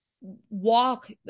Walk